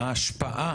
ההשפעה